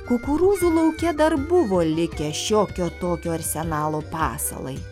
kukurūzų lauke dar buvo likę šiokio tokio arsenalo pasalai